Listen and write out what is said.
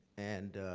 and